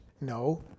No